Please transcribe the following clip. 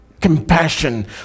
compassion